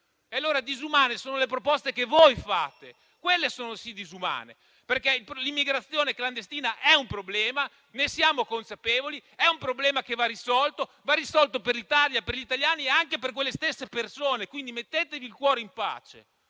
vederlo. Disumane sono quindi le proposte che fate: quelle, sì, sono disumane. L'immigrazione clandestina è un problema e ne siamo consapevoli; è un problema che va risolto, per l'Italia, per gli italiani e anche per quelle stesse persone. Quindi, mettetevi il cuore in pace.